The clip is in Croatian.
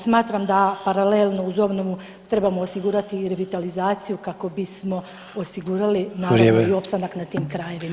Smatram da paralelno uz obnovu trebamo osigurati i revitalizaciju kako bismo osigurali [[Upadica: Vrijeme.]] naravno i opstanak na tim krajevima.